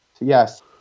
Yes